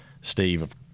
Steve